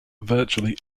virtually